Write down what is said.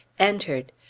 entered.